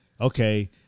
okay